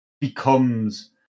becomes